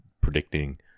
predicting